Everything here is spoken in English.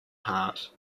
heart